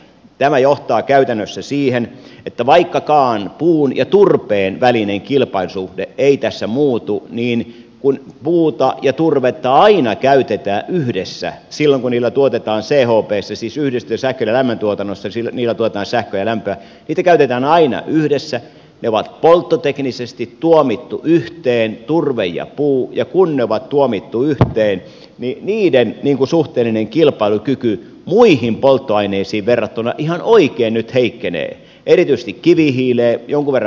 tämä johtaa käytännössä siihen että vaikkakaan puun ja turpeen välinen kilpailusuhde ei tässä muutu niin koska puuta ja turvetta aina käytetään yhdessä silloin kun niillä tuotetaan chpssä siis yhdistetyssä sähkön ja lämmön tuotannossa sähköä ja lämpöä ne turve ja puu on polttoteknisesti tuomittu yhteen ja kun ne on tuomittu yhteen niiden suhteellinen kilpailukyky muihin polttoaineisiin verrattuna ihan oikein nyt heikkenee erityisesti kivihiileen ja jonkun verran maakaasuun verrattuna